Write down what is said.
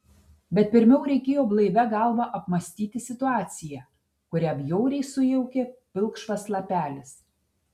bet pirmiau reikėjo blaivia galva apmąstyti situaciją kurią bjauriai sujaukė pilkšvas lapelis